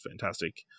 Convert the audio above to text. fantastic